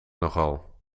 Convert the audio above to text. nogal